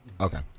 okay